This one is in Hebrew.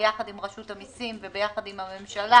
ביחד עם רשות המיסים וביחד עם הממשלה,